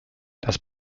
das